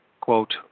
quote